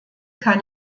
kann